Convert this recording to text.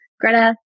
Greta